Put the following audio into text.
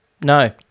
no